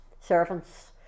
servants